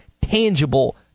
tangible